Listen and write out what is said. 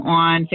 on